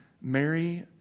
Mary